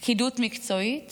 פקידות מקצועית